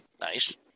Nice